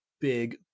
big